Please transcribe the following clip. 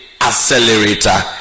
accelerator